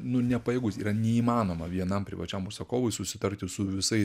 nu nepajėgus yra neįmanoma vienam privačiam užsakovui susitarti su visai